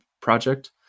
project